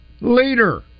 leader